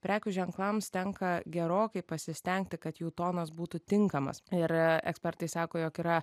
prekių ženklams tenka gerokai pasistengti kad jų tonas būtų tinkamas ir ekspertai sako jog yra